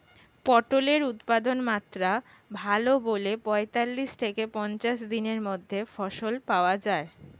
পটলের উৎপাদনমাত্রা ভালো বলে পঁয়তাল্লিশ থেকে পঞ্চাশ দিনের মধ্যে ফসল পাওয়া যায়